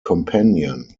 companion